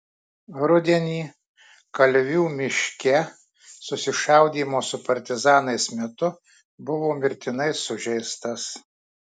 rudenį kalvių miške susišaudymo su partizanais metu buvo mirtinai sužeistas